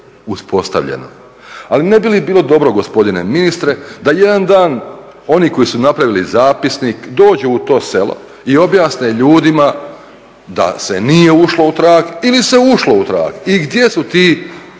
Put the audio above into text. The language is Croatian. uspostavljeno. Ali ne bi il bilo dobro gospodine ministre da jedan dan oni koji su napravili zapisnik dođu u to selo i objasne ljudima da se nije ušlo u trag ili se ušlo u trag i gdje su ti